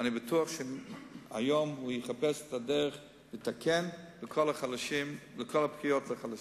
ואני בטוח שהיום הוא יחפש את הדרך לתקן את כל הפגיעות בחלשים.